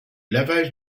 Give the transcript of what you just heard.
lavage